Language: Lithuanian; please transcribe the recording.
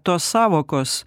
tos sąvokos